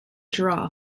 draw